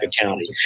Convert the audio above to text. County